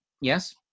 yes